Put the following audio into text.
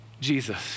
Jesus